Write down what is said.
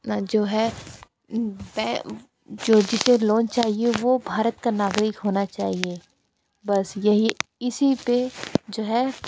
जो है जो जिसे लोन चाहिए वह भारत का नागरिक होना चाहिए बस यही इसी पर जो है